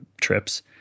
trips